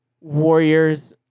Warriors